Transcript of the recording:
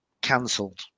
cancelled